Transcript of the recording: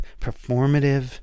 performative